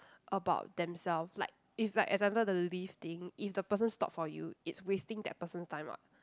about themselves like if like example the lift thing if the person stop for you it's wasting that person's time [what]